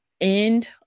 End